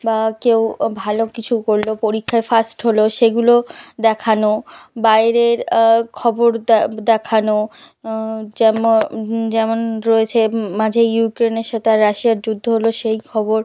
বা কেউ ভালো কিছু করলো পরীক্ষায় ফার্স্ট হল সেগুলো দেখানো বাইরের খবর দ্যা দেখানো যেমো যেমন রয়েছে মাঝে ইউক্রেনের সাথে রাশিয়ার যুদ্ধ হল সেই খবর